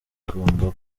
ikigomba